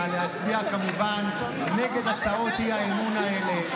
להצביע כמובן נגד הצעות האי-אמון האלה.